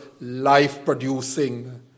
life-producing